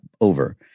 over